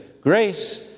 Grace